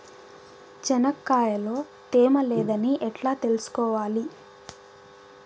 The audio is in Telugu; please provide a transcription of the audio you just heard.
చెనక్కాయ లో తేమ లేదని ఎట్లా తెలుసుకోవాలి?